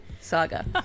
Saga